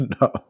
no